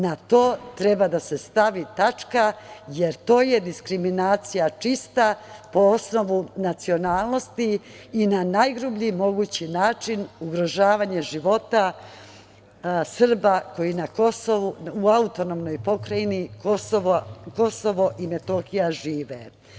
Na to to treba da se stavi tačka, jer to je diskriminacija čista po osnovu nacionalnosti i najgrublji mogući način ugrožavanje života Srba koji u AP Kosovo i Metohija žive.